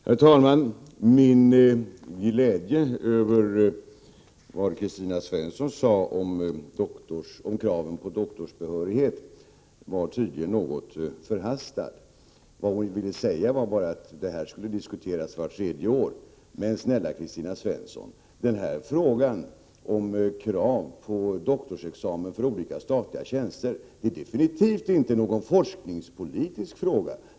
Herr talman! Det var tydligen något förhastat av mig att känna glädje över det som Kristina Svensson sade om kraven på doktorsbehörighet. Vad hon ville säga var bara att den här saken skulle diskuteras vart tredje år. Men, snälla Kristina Svensson, frågan om krav på doktorsexamen för olika statliga tjänster är defintivt inte någon forskningspolitisk fråga.